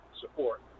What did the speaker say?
support